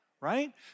right